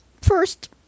First